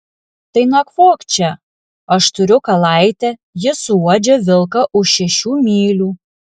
tai nakvok čia aš turiu kalaitę ji suuodžia vilką už šešių mylių